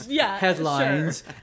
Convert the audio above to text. headlines